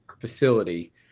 facility